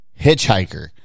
hitchhiker